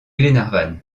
glenarvan